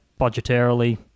budgetarily